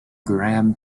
graham